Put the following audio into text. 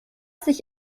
sich